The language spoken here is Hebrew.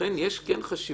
לכן יש חשיבות